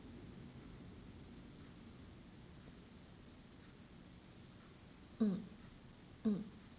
mm mm